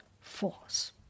force